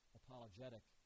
apologetic